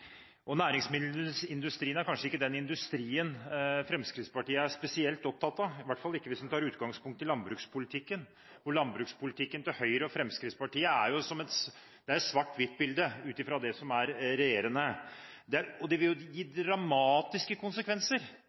er kanskje ikke den industrien Fremskrittspartiet er spesielt opptatt av, i hvert fall ikke hvis en tar utgangspunkt i landbrukspolitikken. Landbrukspolitikken til Høyre og Fremskrittspartiet er som et svart-hvitt-bilde ut fra det som er regjerende. Det vil gi dramatiske konsekvenser nettopp for næringsmiddelindustrien og matindustrien dersom Høyres og Fremskrittspartiets landbrukspolitikk skulle bli vedtatt. Det